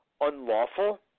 unlawful